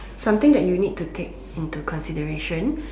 something that you need to take into consideration